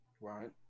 Right